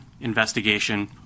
investigation